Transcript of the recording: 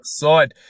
side